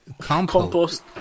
compost